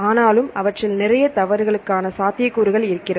ஆனாலும் அவற்றில் நிறைய தவறுகளுக்கான சாத்தியக்கூறுகள் இருக்கிறது